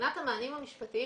מבחינת המענים המשפטיים